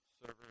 server